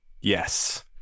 Yes